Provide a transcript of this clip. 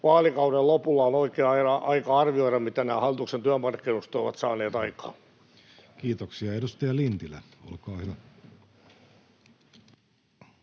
vaalikauden lopulla on oikea aika arvioida, mitä nämä hallituksen työmarkkinauudistukset ovat saaneet aikaan. Kiitoksia. — Edustaja Lintilä, olkaa hyvä.